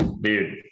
Dude